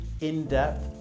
in-depth